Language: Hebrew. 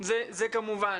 זה כמובן.